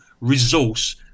resource